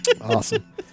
Awesome